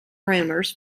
rumours